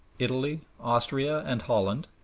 italy, austria and holland,